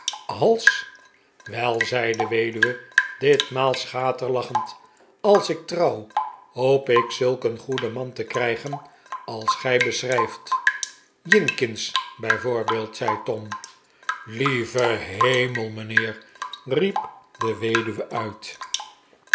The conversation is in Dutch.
wel zei de weduwe ditmaal schaterlachend als ik trouw hoop ik zulk een goeden man te krijgen als gij beschrijft jinkins bij voorbeeld zei tom lieve hemel mijnheer riep de weduwe uit